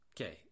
okay